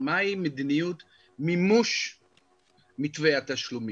מהי מדיניות מימוש מתווה התשלומים.